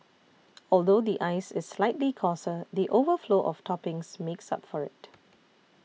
although the ice is slightly coarser the overflow of toppings makes up for it